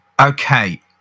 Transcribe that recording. Okay